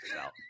out